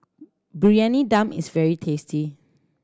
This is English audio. Briyani Dum is very tasty